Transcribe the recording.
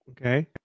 okay